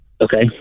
Okay